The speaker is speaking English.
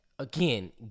Again